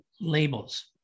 labels